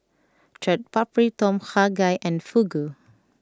Chaat Papri Tom Kha Gai and Fugu